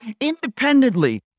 independently